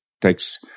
takes